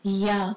ya